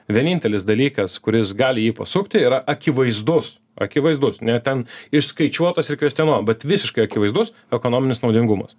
vienintelis dalykas kuris gali jį pasukti yra akivaizdus akivaizdus ne ten išskaičiuotas ir kvestionuojamas bet visiškai akivaizdus ekonominis naudingumas